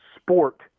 sport